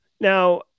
Now